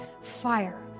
Fire